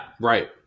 right